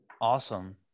Awesome